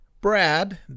Brad